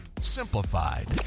Simplified